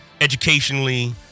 educationally